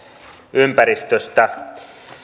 ympäristöstä